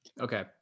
Okay